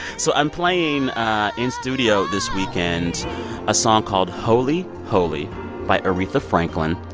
so i'm playing in studio this weekend a song called wholy holy by aretha franklin.